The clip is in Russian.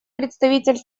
представитель